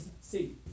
see